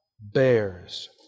bears